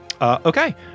Okay